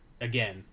again